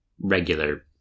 regular